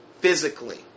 physically